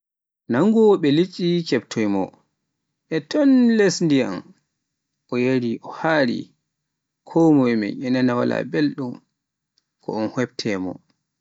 Nangooweɓe liɗɗi keftoy mo e ton les ndiyam o yari o haari, konmoye men e nana wala belɗum ko o heftoya.